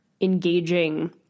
engaging